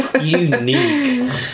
Unique